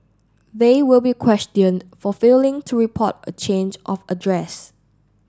they will be questioned for failing to report a change of address